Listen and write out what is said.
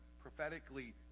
prophetically